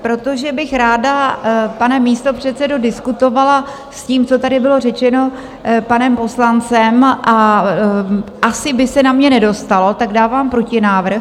Protože bych ráda, pane místopředsedo, diskutovala s tím, co tady bylo řečeno panem poslancem, a asi by se na mě nedostalo, tak dávám protinávrh.